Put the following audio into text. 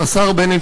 השר בנט,